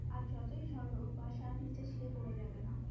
আর যতই ঝড় হোক বাসা নিচে ছিঁড়ে পড়ে যাবে না